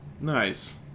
Nice